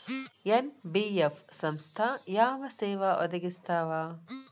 NBF ಸಂಸ್ಥಾ ಯಾವ ಸೇವಾ ಒದಗಿಸ್ತಾವ?